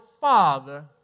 Father